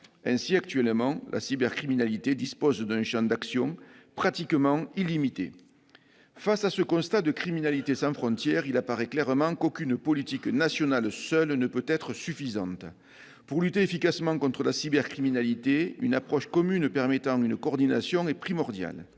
Ainsi, actuellement, la cybercriminalité dispose d'un champ d'action pratiquement illimité. Face à ce constat de criminalité sans frontières, il apparaît clairement qu'aucune politique nationale ne peut à elle seule être suffisante. Pour lutter efficacement contre la cybercriminalité, une approche commune permettant une coordination est primordiale.